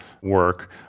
work